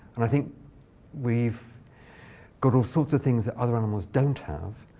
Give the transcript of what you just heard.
and i think we've got all sorts of things that other animals don't have.